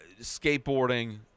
Skateboarding